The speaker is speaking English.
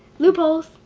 loopholes!